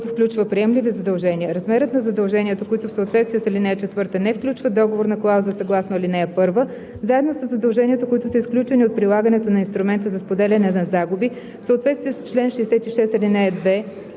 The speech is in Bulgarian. който включва приемливи задължения, размерът на задълженията, които в съответствие с ал. 4 не включват договорна клауза съгласно ал. 1, заедно със задълженията, които са изключени от прилагането на инструмента за споделяне на загуби в съответствие с чл. 66, ал. 2